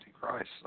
Christ